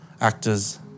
actors